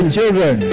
children